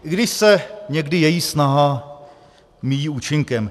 I když se někdy její snaha míjí účinkem.